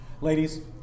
Ladies